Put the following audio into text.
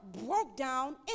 broke-down